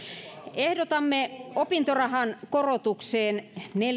ehdotamme opintorahan korotukseen